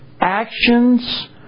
actions